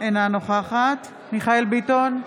אינה נוכחת מיכאל ביטון,